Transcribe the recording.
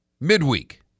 midweek